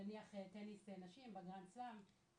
נניח טניס נשים בגראנד סלאם,